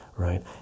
right